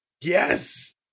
Yes